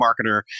marketer